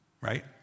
right